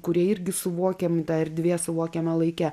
kurie irgi suvokiam tą erdvę suvokiamą laike